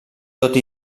tot